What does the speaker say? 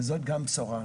וזאת גם בשורה,